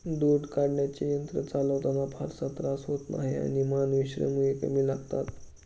दूध काढण्याचे यंत्र चालवताना फारसा त्रास होत नाही आणि मानवी श्रमही कमी लागतात